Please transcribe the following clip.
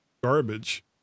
garbage